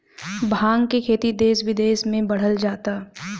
भाँग के खेती देस बिदेस में बढ़ल जाता